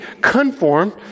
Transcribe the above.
conformed